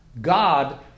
God